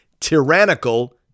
tyrannical